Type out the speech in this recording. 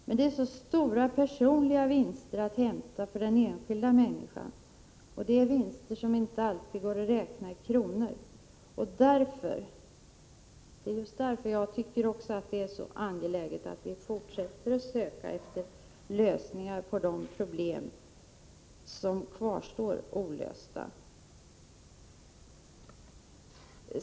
Det finns emellertid stora personliga vinster att hämta för den enskilda människan — vinster som inte alltid går att beräkna i kronor — och det är just därför jag tycker att det är så angeläget att vi fortsätter att söka efter lösningar på de problem som kvarstår olösta.